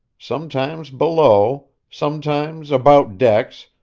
sometimes below, sometimes about decks,